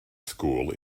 school